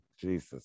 Jesus